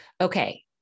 Okay